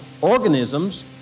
organisms